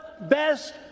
best